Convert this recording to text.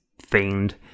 fiend